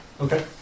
Okay